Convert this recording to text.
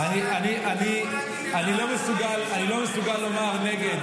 אתה יכול להגיד --- אני לא מסוגל לומר נגד